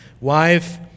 Wife